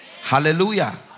Hallelujah